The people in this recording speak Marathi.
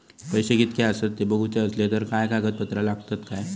पैशे कीतके आसत ते बघुचे असले तर काय कागद पत्रा लागतात काय?